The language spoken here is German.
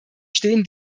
stehen